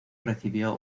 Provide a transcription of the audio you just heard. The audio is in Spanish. recibió